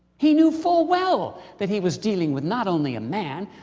he knew full well that he was dealing with not only a man,